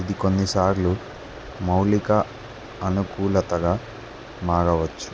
ఇది కొన్నిసార్లు మౌలిక అనుకూలతగా మారవచ్చు